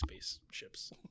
spaceships